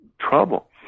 trouble